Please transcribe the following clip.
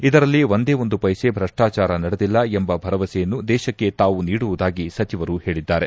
ಇದರಲ್ಲಿ ಒಂದೇ ಒಂದು ಪೈಸೆ ಭ್ರಷ್ಟಾಚಾರ ನಡೆದಿಲ್ಲ ಎಂಬ ಭರವಸೆಯನ್ನು ದೇಶಕ್ಕೆ ತಾವು ನೀಡುವುದಾಗಿ ಸಚಿವರು ಹೇಳಿದ್ದಾರೆ